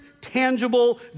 tangible